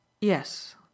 Yes